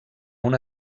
una